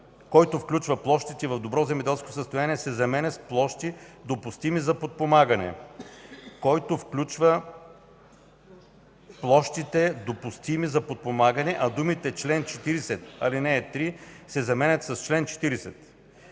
който включва площите в добро земеделско състояние“ се заменят с „Площи, допустими за подпомагане”, който включва площите, допустими за подпомагане”, а думите „чл. 40, ал. 3” се заменят с „чл. 40”.